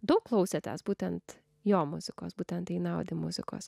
daug klausėtės būtent jo muzikos būtent einaudi muzikos